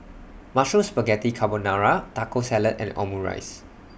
Mushroom Spaghetti Carbonara Taco Salad and Omurice